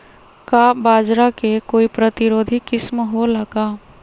का बाजरा के कोई प्रतिरोधी किस्म हो ला का?